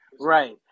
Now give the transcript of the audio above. Right